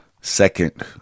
Second